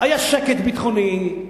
היה שקט ביטחוני.